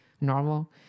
normal